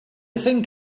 think